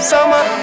Summer